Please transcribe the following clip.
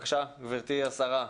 גברתי השרה,